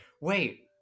wait